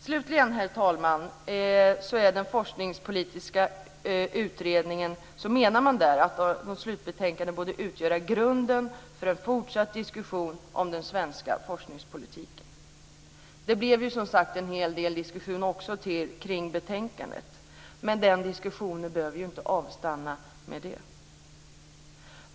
Slutligen, herr talman, menade den forskningspolitiska utredningen att dess slutbetänkande borde utgöra grunden för en fortsatt diskussion om den svenska forskningspolitiken. Det blev som sagt en hel del diskussion kring betänkandet, men diskussionen behöver inte avstanna med det.